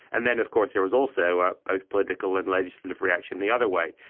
and then of course there was also both political and legislative reaction the other way.